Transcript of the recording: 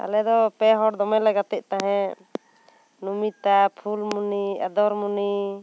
ᱟᱞᱮ ᱫᱚ ᱯᱮ ᱦᱚᱲ ᱫᱚᱢᱮ ᱞᱮ ᱜᱟᱛᱮ ᱛᱟᱦᱮᱸ ᱱᱩᱢᱤᱛᱟ ᱯᱷᱩᱞᱢᱩᱱᱤ ᱟᱫᱚᱨᱢᱩᱱᱤ